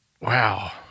Wow